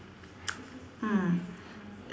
mm